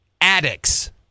addicts